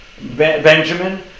Benjamin